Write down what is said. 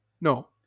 No